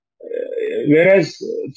whereas